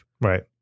Right